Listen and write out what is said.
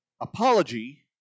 apology